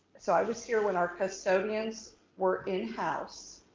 so i was here when our custodians were in house